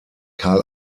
karl